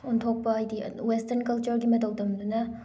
ꯑꯣꯟꯊꯣꯛꯄ ꯍꯥꯏꯗꯤ ꯋꯦꯁꯇ꯭ꯔꯟ ꯀꯜꯆꯔꯒꯤ ꯃꯇꯧ ꯇꯝꯗꯨꯅ